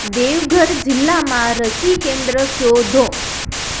દેવઘર જિલ્લામાં રસી કેન્દ્ર શોધો